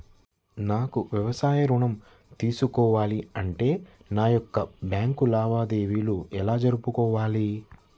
నాకు వ్యాపారం ఋణం తీసుకోవాలి అంటే నా యొక్క బ్యాంకు లావాదేవీలు ఎలా జరుపుకోవాలి?